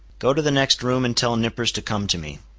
go to the next room, and tell nippers to come to me.